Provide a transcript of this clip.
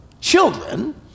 children